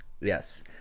Yes